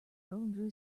drew